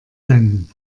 denn